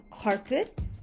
carpet